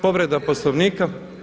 Povreda Poslovnika.